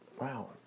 Wow